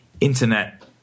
internet